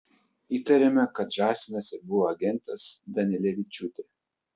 įtariama kad žąsinas ir buvo agentas danilevičiūtė